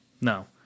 No